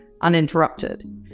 uninterrupted